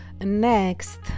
Next